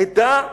עדה,